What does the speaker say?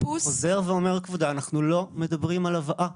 אני חוזר ואומר, אנחנו לא מדברים על הבאה.